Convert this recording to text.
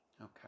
Okay